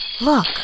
Look